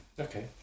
Okay